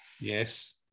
Yes